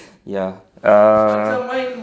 ya err